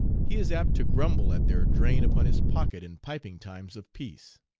he is apt to grumble at their drain upon his pocket in piping times of peace.